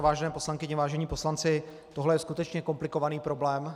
Vážené poslankyně, vážení poslanci, tohle je skutečně komplikovaný problém.